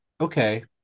okay